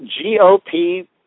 GOP